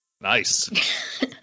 Nice